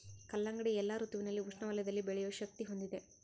ಕಲ್ಲಂಗಡಿ ಎಲ್ಲಾ ಋತುವಿನಲ್ಲಿ ಉಷ್ಣ ವಲಯದಲ್ಲಿ ಬೆಳೆಯೋ ಶಕ್ತಿ ಹೊಂದಿದೆ